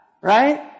Right